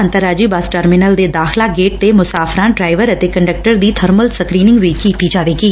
ਅੰਤਰ ਰਾਜੀ bus terminal ਦੇ ਦਾਖ਼ਲਾ ਗੇਟ ਤੇ ਮੁਸਾਫ਼ਰਾਂ ਡਰਾਇਵਰ ਅਤੇ ਕੰਡਕਟਰ ਦੀ ਬਰਮਲ ਸਕਰੀਨੰਗ ਵੀ ਕੀਤੀ ਜਾਏਗੀ